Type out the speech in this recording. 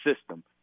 system